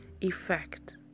effect